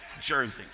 jersey